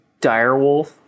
direwolf